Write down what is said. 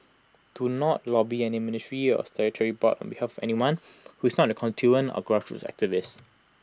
do not lobby any ministry or statutory board on behalf of anyone who is not your constituent or grassroots activist